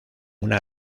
una